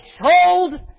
hold